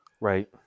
Right